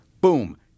Boom